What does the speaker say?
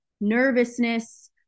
nervousness